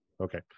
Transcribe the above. Okay